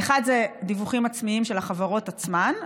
האחד זה דיווחים עצמיים של החברות עצמן,